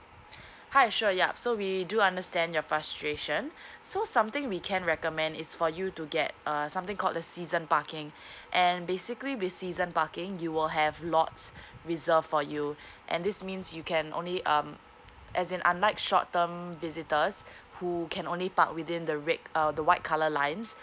hi sure yup so we do understand your frustration so something we can recommend is for you to get uh something called the season parking and basically with season parking you will have lots reserved for you and this means you can only um as in unlike short term visitors who can only park within the red err the white colour lines